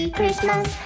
Christmas